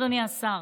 אדוני השר,